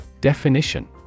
Definition